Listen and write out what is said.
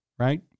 right